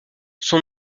son